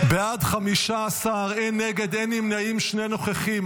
בעד, 15, אין נגד, אין נמנעים, שני נוכחים.